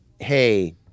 Hey